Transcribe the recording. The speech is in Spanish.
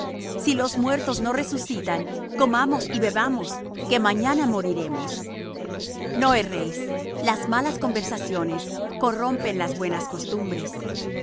si los muertos no resucitan comamos y bebamos que mañana moriremos no erréis las malas conversaciones corrompen las buenas costumbres